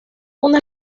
una